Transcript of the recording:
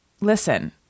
listen